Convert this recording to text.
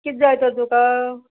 कितें जाय तर तुका